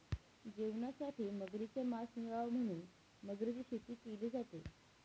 जेवणासाठी मगरीच मास मिळाव म्हणून मगरीची शेती केली जाते